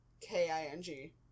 K-I-N-G